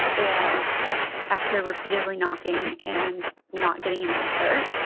and after repeatedly knocking and not getting an answer.